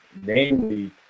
namely